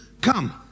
come